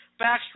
Backstreet